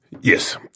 Yes